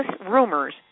rumors